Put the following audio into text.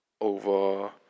over